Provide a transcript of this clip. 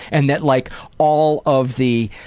and that like all of the,